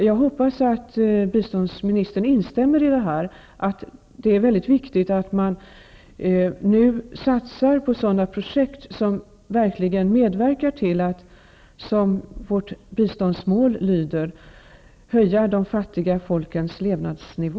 Jag hoppas att biståndsministern instämmer i att det är mycket viktigt att man satsar på sådana projekt som verkligen medverkar till att man arbetar för vårt biståndsmål, nämligen att höja de fattiga folkens levnadsnivå.